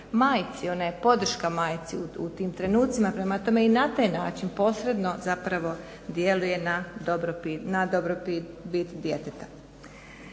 majci, ona je podrška majci u tim trenucima. Prema tome i na taj način posredno zapravo djeluje na dobrobit djeteta.